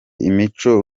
imico